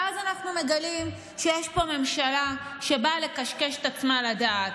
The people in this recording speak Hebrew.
ואז אנחנו מגלים שיש פה ממשלה שבאה לקשקש את עצמה לדעת.